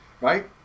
right